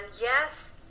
yes